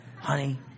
honey